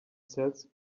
sells